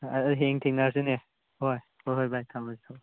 ꯍꯌꯦꯡ ꯊꯦꯡꯅꯔꯁꯤꯅꯦ ꯍꯣꯏ ꯍꯣꯏ ꯍꯣꯏ ꯚꯥꯥꯏ ꯊꯝꯂꯒꯦ ꯊꯝꯂꯒꯦ